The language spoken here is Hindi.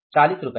40 रुपये